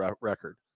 record